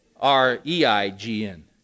R-E-I-G-N